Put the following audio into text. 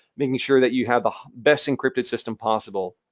making sure that you have the best encrypted system possible.